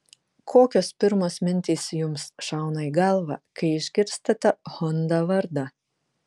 kokios pirmos mintys jums šauna į galvą kai išgirstate honda vardą